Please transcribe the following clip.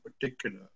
particular